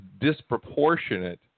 disproportionate